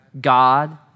God